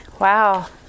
Wow